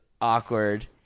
awkward